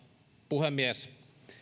puhemies